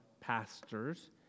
pastors